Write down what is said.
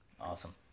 awesome